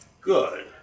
good